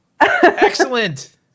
Excellent